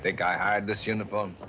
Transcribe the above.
think i hired this uniform?